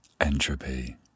Entropy